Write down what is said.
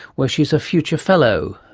where she is a future fellow.